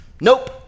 Nope